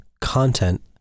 content